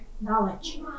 knowledge